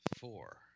four